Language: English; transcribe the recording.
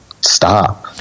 stop